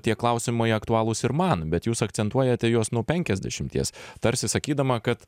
tie klausimai aktualūs ir man bet jūs akcentuojate juos nuo penkiasdešimties tarsi sakydama kad